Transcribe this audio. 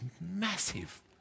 massive